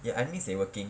eh I miss eh working